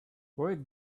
wait